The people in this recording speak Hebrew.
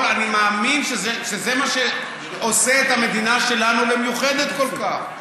אני מאמין שזה מה שעושה את המדינה שלנו למיוחדת כל כך.